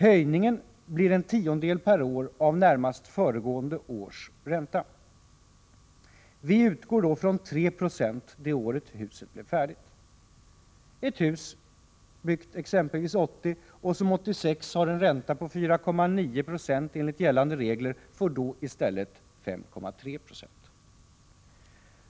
Höjningen blir en tiondel per år av närmast föregående års ränta. Vi utgår därvid från 3 26 det år huset blev färdigt. Ett hus som byggts exempelvis 1980 och som 1986 har en ränta på 4,9 96 enligt gällande regler får i stället 5,3 70 ränta.